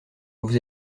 vous